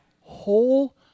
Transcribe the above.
whole